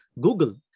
Google